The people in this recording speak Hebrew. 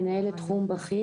מנהלת תחום בכיר,